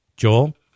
Joel